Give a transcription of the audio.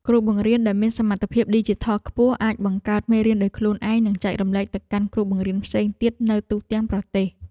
គ្រូបង្រៀនដែលមានសមត្ថភាពឌីជីថលខ្ពស់អាចបង្កើតមេរៀនដោយខ្លួនឯងនិងចែករំលែកទៅកាន់គ្រូបង្រៀនផ្សេងទៀតនៅ ទូទាំងប្រទេស។